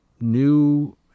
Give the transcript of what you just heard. new